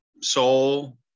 soul